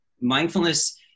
mindfulness